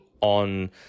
on